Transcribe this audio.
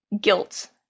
guilt